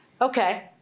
Okay